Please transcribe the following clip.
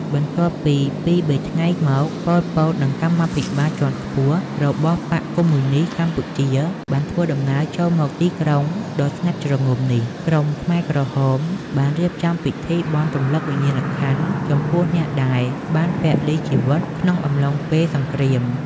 បន្ទាប់ពី ២ ៣ ថ្ងៃមក ប៉ុល ពត និងកម្មាភិបាលជាន់ខ្ពស់របស់បក្សកុម្មុយនីស្តកម្ពុជាបានធ្វើដំណើរចូលមកទីក្រុងដ៏ស្ងាត់ជ្រងំនេះ ក្រុមខ្មែរក្រហមបានរៀបចំពិធីបុណ្យរំឭកវិញ្ញាណក្ខន្ធចំពោះអ្នកដែលបានពលីជីវិតក្នុងអំឡុងពេលសង្គ្រាម។